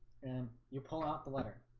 and you pull out the letter